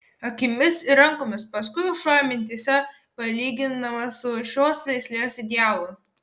akimis ir rankomis paskui šuo mintyse palyginamas su šios veislės idealu